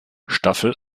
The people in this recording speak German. staffel